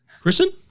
Kristen